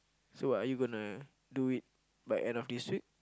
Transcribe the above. so what are you gonna do it by end of this week